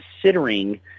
considering